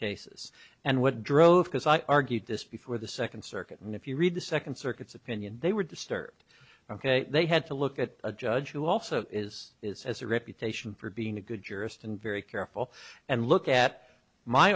cases and what drove because i argued this before the second circuit and if you read the second circuit's opinion they were disturbed ok they had to look at a judge who also is is as a reputation for being a good jurist and very careful and look at my